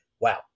wow